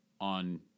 on –